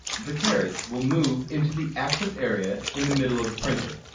the carriage will move into the access area in the middle of the printer.